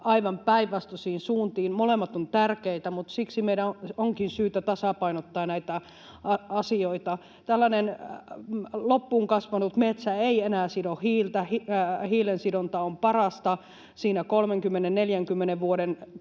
aivan päinvastaisiin suuntiin. Molemmat ovat tärkeitä, mutta siksi meidän onkin syytä tasapainottaa näitä asioita. Tällainen loppuun kasvanut metsä ei enää sido hiiltä. Hiilensidonta on parasta siinä 30—40 vuoden